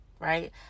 right